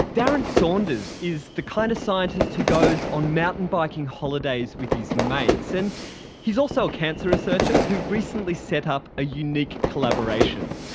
darren saunders is the kind of scientist who goes on mountain biking holidays with his mates, and he is also a cancer researcher who recently set up a unique collaboration.